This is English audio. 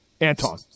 Anton